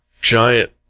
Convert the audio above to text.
giant